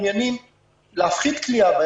מעוניינים להפחית כליאה.